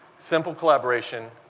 simple collaboration,